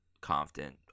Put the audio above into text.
confident